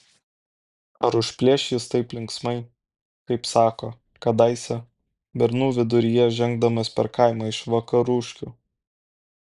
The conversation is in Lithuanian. ar užplėš jis taip linksmai kaip sako kadaise bernų viduryje žengdamas per kaimą iš vakaruškų